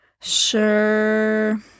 Sure